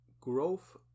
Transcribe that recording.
growth